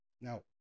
Now